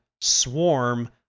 Swarm